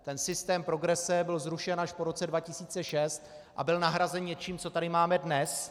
Ten systém progrese byl zrušen až po roce 2006 a byl nahrazen něčím, co tady máme dnes.